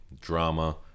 drama